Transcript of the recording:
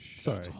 Sorry